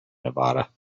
nevada